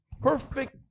perfect